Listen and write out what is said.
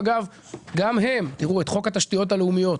על חוק התשתית הלאומיות,